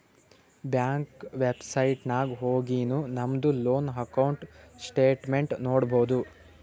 bank website ನಾಗ್ ಹೊಗಿನು ನಮ್ದು ಲೋನ್ ಅಕೌಂಟ್ ಸ್ಟೇಟ್ಮೆಂಟ್ ನೋಡ್ಬೋದು